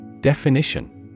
Definition